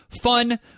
fun